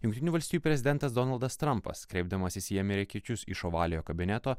jungtinių valstijų prezidentas donaldas trampas kreipdamasis į amerikiečius iš ovaliojo kabineto